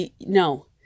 No